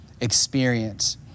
experience